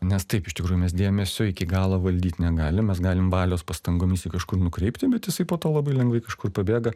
nes taip iš tikrųjų mes dėmesio iki galo valdyt negalim mes galim valios pastangomis jį kažkur nukreipti bet jisai po to labai lengvai kažkur pabėga